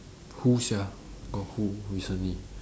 who sia got who recently